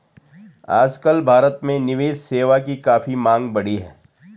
आजकल भारत में निवेश सेवा की काफी मांग बढ़ी है